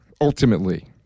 ultimately